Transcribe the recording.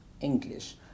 English